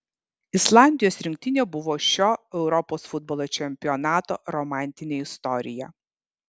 islandijos rinktinė buvo šio europos futbolo čempionato romantinė istorija